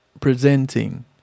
presenting